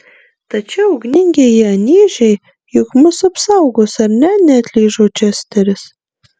tačiau ugningieji anyžiai juk mus apsaugos ar ne neatlyžo česteris